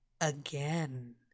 Again